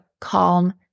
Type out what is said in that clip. calm